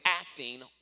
acting